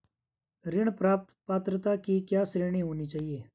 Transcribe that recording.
ऋण प्राप्त पात्रता की क्या श्रेणी होनी चाहिए?